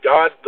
God